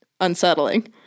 unsettling